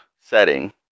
setting